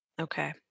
Okay